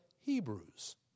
Hebrews